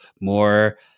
more